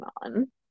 on